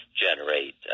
generate